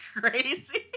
crazy